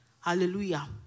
Hallelujah